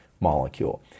molecule